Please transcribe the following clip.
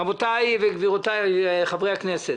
רבותיי וגבירותיי חברי הכנסת,